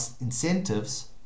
incentives